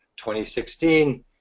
2016